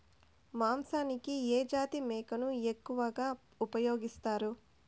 మాంసానికి ఏ జాతి మేకను ఎక్కువగా ఉపయోగిస్తారు?